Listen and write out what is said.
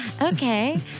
Okay